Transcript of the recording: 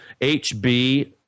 HB